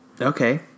Okay